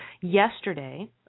yesterday